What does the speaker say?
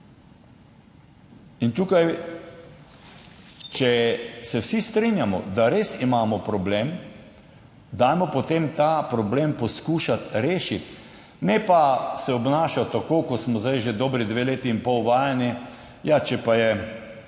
Tukaj, če se vsi strinjamo, da res imamo problem, dajmo potem ta problem poskušati rešiti, ne pa se obnašati tako, kot smo zdaj že dobri dve leti in pol vajeni – ja če je